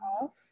off